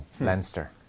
Leinster